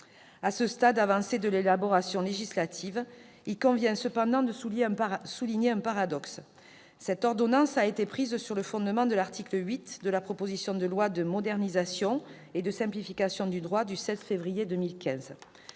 À ce stade avancé de l'élaboration législative, il convient cependant de souligner un paradoxe. Cette ordonnance a été prise sur le fondement de l'article 8 du projet de loi de modernisation et de simplification du droit du 16 février 2015.